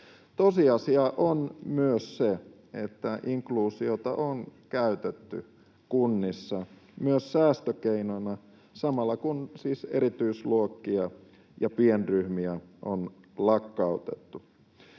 Tosiasia on myös se, että inkluusiota on käytetty kunnissa myös säästökeinona samalla, kun siis erityisluokkia ja pienryhmiä on lakkautettu.